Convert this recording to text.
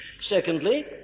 Secondly